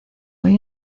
hoy